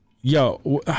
Yo